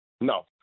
No